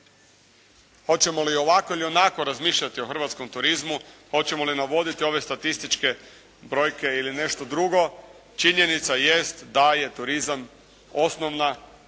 Hoćemo li ovako ili onako razmišljati o hrvatskom turizmu, hoćemo li navoditi ove statističke brojke ili nešto drugo, činjenica jest da je turizam osnovna